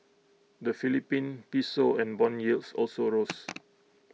the Philippine Piso and Bond yields also rose